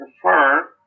prefer